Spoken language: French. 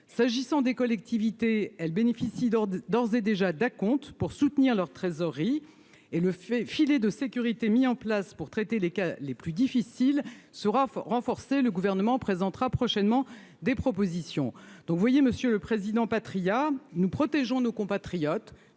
s'agissant des collectivités, elle bénéficie d'ores et déjà d'acompte pour soutenir leur trésorerie et le fait, filet de sécurité mis en place pour traiter les cas les plus difficiles, sera renforcé, le gouvernement présentera prochainement des propositions, donc vous voyez, Monsieur le Président, Patriat nous protégeons nos compatriotes